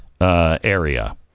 area